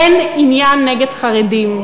אין עניין נגד חרדים.